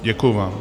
Děkuji vám.